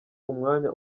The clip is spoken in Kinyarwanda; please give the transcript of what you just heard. umwanya